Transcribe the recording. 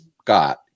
Scott